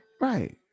Right